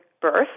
birth